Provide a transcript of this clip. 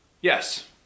Yes